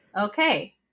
Okay